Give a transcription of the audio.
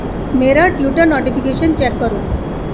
میرا tutor notification check کرو